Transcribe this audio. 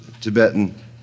Tibetan